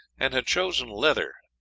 and had chosen leather,